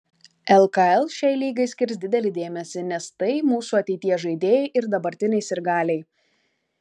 lkl šiai lygai skirs didelį dėmesį nes tai mūsų ateities žaidėjai ir dabartiniai sirgaliai